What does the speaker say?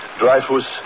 Dreyfus